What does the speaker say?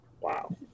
Wow